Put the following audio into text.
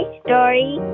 story